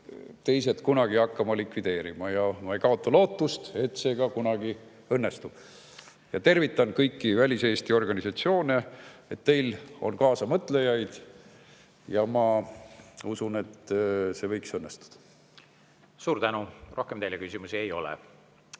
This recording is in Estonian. peavad kunagi likvideerima hakkama. Ma ei kaota lootust, et see ka kunagi õnnestub. Tervitan kõiki väliseesti organisatsioone. Teil on kaasamõtlejaid, ja ma usun, et see võiks õnnestuda. Suur tänu! Rohkem teile küsimusi ei ole.